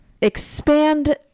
expand